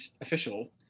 official